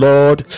Lord